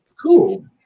cool